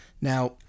Now